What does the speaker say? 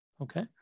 okay